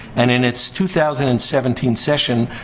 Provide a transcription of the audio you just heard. and, in its two thousand and seventeen session,